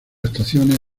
estaciones